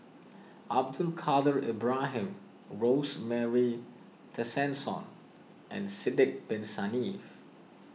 Abdul Kadir Ibrahim Rosemary Tessensohn and Sidek Bin Saniff